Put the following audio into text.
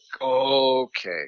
okay